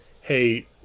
hey